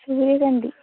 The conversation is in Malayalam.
സൂര്യകാന്തി